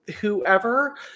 whoever